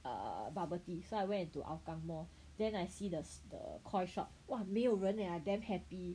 err bubble tea so I went into Hougang mall then I see the the Koi shop !whoa! 没有人 leh I damn happy